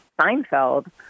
Seinfeld